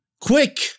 quick